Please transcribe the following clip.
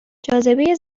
جاذبه